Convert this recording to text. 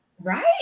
Right